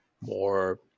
more